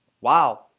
Wow